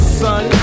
son